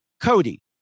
cody